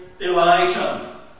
Elijah